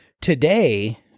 Today